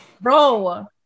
Bro